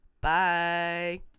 Bye